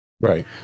Right